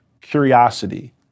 curiosity